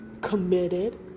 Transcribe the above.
committed